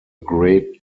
great